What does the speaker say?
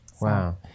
Wow